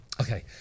Okay